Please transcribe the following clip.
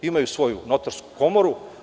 Imaju svoju notarsku komoru.